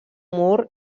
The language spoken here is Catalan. mur